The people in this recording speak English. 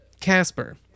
Casper